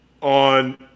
on